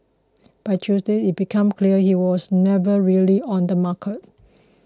by Tuesday it became clear he was never really on the market